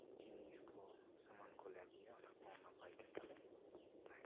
ᱡᱤᱱᱤᱥᱠᱚ ᱥᱟᱢᱟᱱ ᱠᱚᱞᱮ ᱟᱹᱜᱩᱭᱟ ᱚᱱᱟ ᱠᱚᱦᱚᱸ ᱱᱟᱯᱟᱭᱛᱮ ᱛᱟᱞᱮ ᱛᱟᱦᱮᱱᱟ